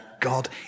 God